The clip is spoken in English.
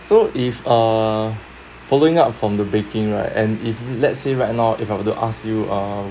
so if err following up from the baking right and if let's say right now if I were to ask you uh